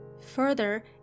Further